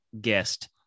guest